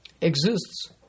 exists